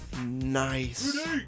Nice